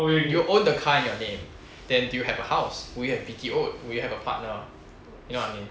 you will own the car in your head then do you have a house would you have B_T_O would you have a partner you know what I mean